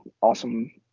awesome